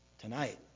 tonight